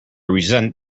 resent